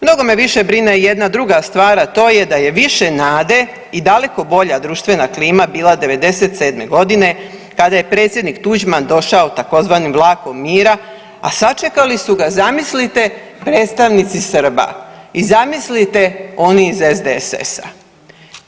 Mnogo me više brine jedna druga stvar, a to je da je više nade i daleko bolja društvena klima bila '97. godine kada je predsjednik Tuđman došao tzv. vlakom mira, a sačekali su ga zamislite predstavnici Srba i zamislite oni iz SDSS-a.